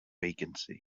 vacancy